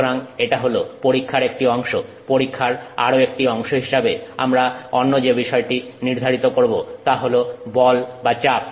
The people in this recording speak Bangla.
সুতরাং এটা হল পরীক্ষার একটি অংশ পরীক্ষার আরো একটি অংশ হিসেবে আমরা অন্য যে বিষয়টি নির্ধারিত করব তা হল বল বা চাপ